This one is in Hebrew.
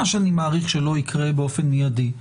מה שאני מעריך שלא יקרה באופן מיידי,